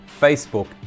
Facebook